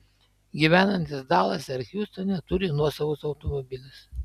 gyvenantys dalase ar hjustone turi nuosavus automobilius